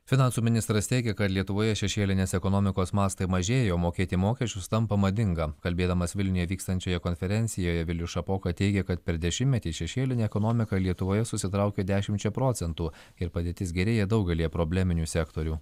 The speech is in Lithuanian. finansų ministras teigia kad lietuvoje šešėlinės ekonomikos mastai mažėja o mokėti mokesčius tampa madinga kalbėdamas vilniuje vykstančioje konferencijoje vilius šapoka teigė kad per dešimtmetį šešėlinė ekonomika lietuvoje susitraukė dešimčia procentų ir padėtis gerėja daugelyje probleminių sektorių